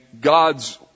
God's